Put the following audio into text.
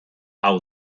hau